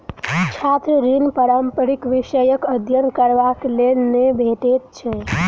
छात्र ऋण पारंपरिक विषयक अध्ययन करबाक लेल नै भेटैत छै